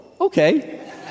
okay